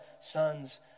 sons